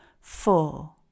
Four